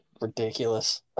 ridiculous